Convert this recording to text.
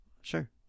Sure